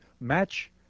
match